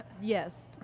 Yes